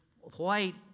white